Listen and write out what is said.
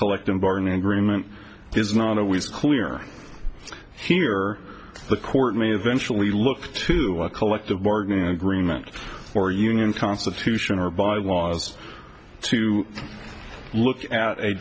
collective bargaining agreement is not always clear here the court may eventually look to a collective bargaining agreement or union constitution or by was to look at a